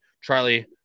Charlie